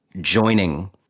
joining